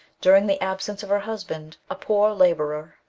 during the absence of her husband, a poor labourer,